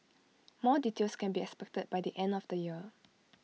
more details can be expected by the end of the year